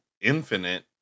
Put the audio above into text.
Infinite